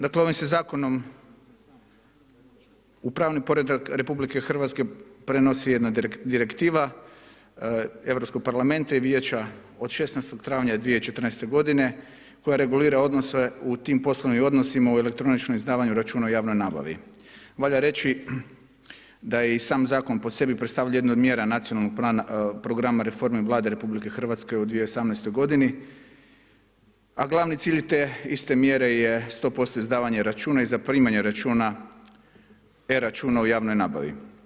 Dakle, ovim se zakonom u pravni poredak Republike Hrvatske prenosi jedna direktiva Europskog parlamenta i Vijeća od 16. travnja 2014. godine koja regulira odnose u tim poslovnim odnosima u elektroničkom izdavanju računa u javnoj nabavi Valja reći da i sam zakon po sebi predstavlja jednu od mjera Nacionalnog programa reforme Vlade Republike Hrvatske u 2018. godini, a glavni cilj te iste mjere je 100% izdavanje računa i zaprimanje računa, e-računa u javnoj nabavi.